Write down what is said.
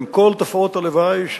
עם כל תופעות הלוואי,